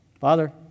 Father